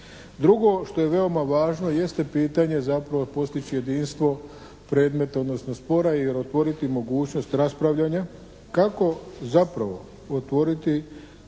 Drugo što je veoma važno jeste pitanje zapravo postići jedinstvo, predmet odnosno spora i otvoriti mogućnost raspravljanja kako zapravo otvoriti